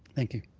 thank you.